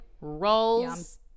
rolls